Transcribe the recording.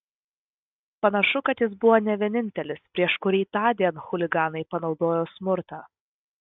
panašu kad jis buvo ne vienintelis prieš kurį tądien chuliganai panaudojo smurtą